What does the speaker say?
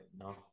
no